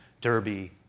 Derby